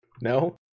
No